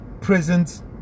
prisons